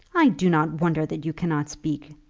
i do not wonder that you cannot speak,